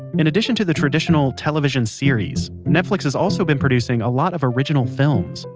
in addition to the traditional television series, netflix has also been producing a lot of original films.